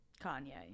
Kanye